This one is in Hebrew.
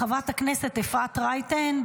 חברת הכנסת אפרת רייטן,